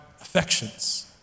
affections